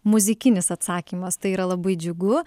muzikinis atsakymas tai yra labai džiugu